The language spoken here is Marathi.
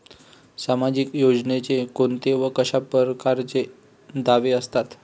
सामाजिक योजनेचे कोंते व कशा परकारचे दावे असतात?